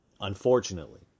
unfortunately